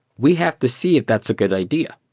we have to see if that's a good idea.